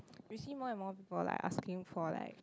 we see more and more people like asking for like